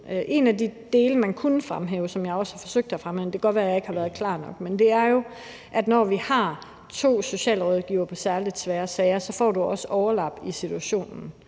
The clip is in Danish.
En af de dele, man kunne fremhæve, og som jeg også har forsøgt at fremhæve – det kan godt være, jeg ikke har været klar nok – er, at når vi har to socialrådgivere på særlig svære sager, får du også overlap i situationen.